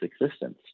existence